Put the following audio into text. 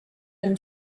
been